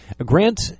Grant